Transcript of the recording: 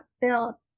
built